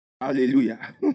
Hallelujah